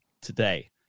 today